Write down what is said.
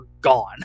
gone